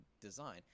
design